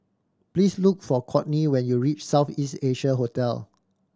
please look for Courtney when you reach South East Asia Hotel